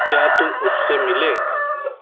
क्या तुम उससे मिले